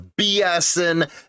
BSing